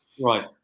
Right